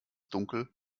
dunkel